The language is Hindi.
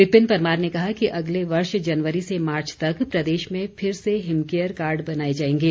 विपिन परमार ने कहा कि अगले वर्ष जनवरी से मार्च तक प्रदेश में फिर से हिमकेयर कार्ड बनाए जाएंगे